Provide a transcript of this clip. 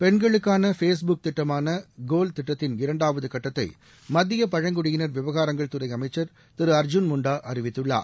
பெண்களுக்கான பேஸ்புக் திட்டமான கோல் திட்டத்தின் இரண்டாவது கட்டத்தை மத்திய பழங்குடியினர் விவகாரங்கள் துறை அமைச்சர் திரு அர்ஜூன் முன்டா அறிவித்துள்ளார்